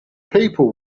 people